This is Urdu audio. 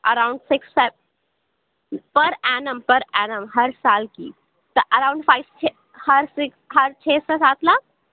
around six five per annum per annum ہر سال کی تو اراؤنڈ فائیو ہر سکس ہر چھ سے سات لاکھ